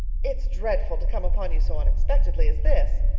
it's dreadful to come upon you so unexpectedly as this,